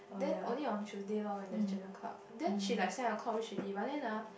then only on Tuesday loh when there is journal club then she like seven o-clock reach already but then ah